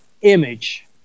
image